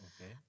Okay